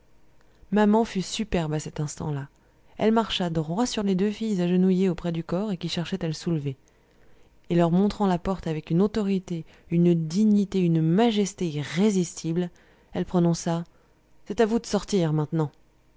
maman fut superbe à cet instant-là elle marcha droit sur les deux filles agenouillées auprès du corps et qui cherchaient à le soulever et leur montrant la porte avec une autorité une dignité une majesté irrésistibles elle prononça c'est à vous de sortir maintenant